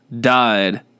Died